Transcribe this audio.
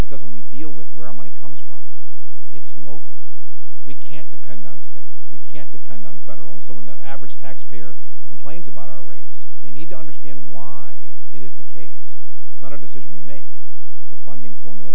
because when we deal with where our money comes from it's local we can't depend on state we can't depend on federal and so when the average taxpayer complains about our rates they need to understand why it is the case it's not a decision we make it's a funding formula